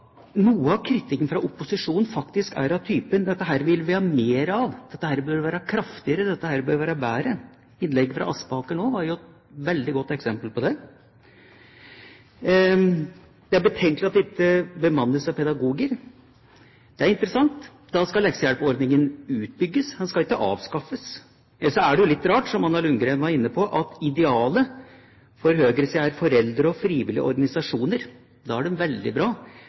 noe av kritikken fra opposisjonen faktisk er av typen: Dette vil vi ha mer av. Dette bør være kraftigere, dette bør være bedre. Innlegget fra Aspaker var jo et veldig godt eksempel på det. Det står i innstillingen at det er betenkelig at dette «ikke skal bemannes av pedagoger». Det er interessant. Da skal leksehjelpordningen utbygges, den skal ikke avskaffes. Ellers er det litt rart, som Anna Ljunggren var inne på, at idealet for høyresiden er foreldre og frivillige organisasjoner. Da er det veldig bra,